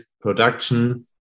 production